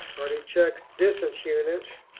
already checked distance units.